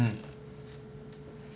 mm